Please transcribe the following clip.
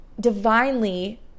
divinely